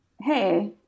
hey